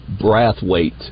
Brathwaite